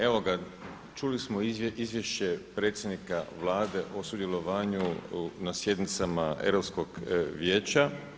Evo ga, čuli smo izvješće predsjednika Vlade o sudjelovanju na sjednicama Europskog vijeća.